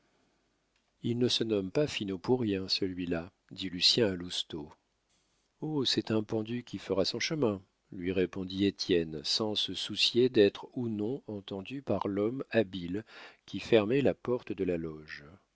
il ne se nomme pas finot pour rien celui-là dit lucien à lousteau oh c'est un pendu qui fera son chemin lui répondit étienne sans se soucier d'être ou non entendu par l'homme habile qui fermait la porte de la loge